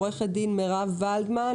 עו"ד מירב ולדמן,